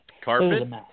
carpet